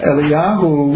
Eliyahu